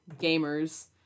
gamers